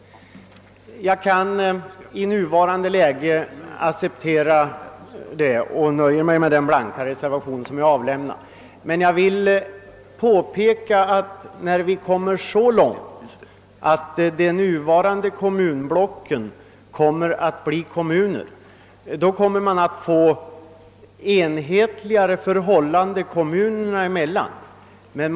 Jag kan i nuvarande läge acceptera detta ställningstagande och har därför nöjt mig med att avge en blank reservation. När vi emellertid kommer så långt att de nuvarande kommunblocken blivit kommuner, bör vi också ha fått enhetligare förhållanden i de olika kommunerna.